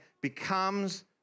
becomes